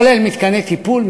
כולל מתקני טיפול,